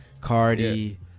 Cardi